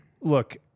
Look